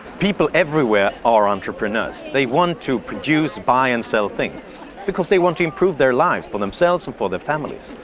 people everywhere are entrepreneurs. they want to produce, buy and sell things because they want to improve their lives for themselves and for their families.